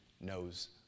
knows